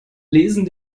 lesen